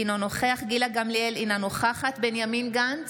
אינו נוכח גילה גמליאל, אינה נוכחת בנימין גנץ,